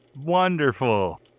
wonderful